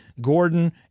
Gordon